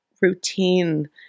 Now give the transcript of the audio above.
routine